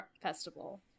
festival